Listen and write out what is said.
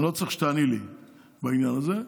אני לא צריך שתעני לי בעניין הזה.